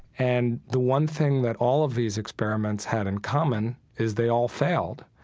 and the one thing that all of these experiments had in common is they all failed.